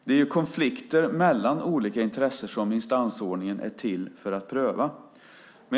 Det är konflikter mellan olika intressen som instansordningen är till för att pröva.